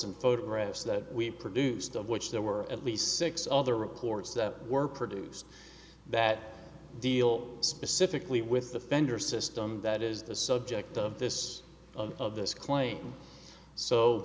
and photographs that we produced of which there were at least six other records that were produced that deal specifically with the fender system that is the subject of this of this claim so